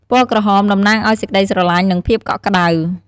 ពណ៌ក្រហម តំណាងឲ្យ សេចក្តីស្រឡាញ់ និង ភាពកក់ក្តៅ។